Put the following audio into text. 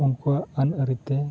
ᱩᱱᱠᱩᱣᱟᱜ ᱟᱹᱱᱼᱟᱹᱨᱤᱛᱮ